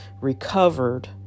recovered